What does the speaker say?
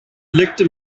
blickte